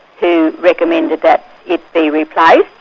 who recommended that it be replaced,